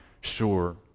sure